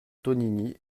tonini